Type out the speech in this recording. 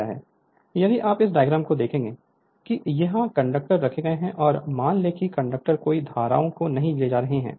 Refer Slide Time 3053 यदि आप इस डायग्राम को देखते हैं कि ये कंडक्टर रखे गए हैं और मान लें कि कंडक्टर कोई धाराओं को नहीं ले जा रहा है